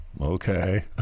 okay